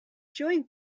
joined